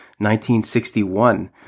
1961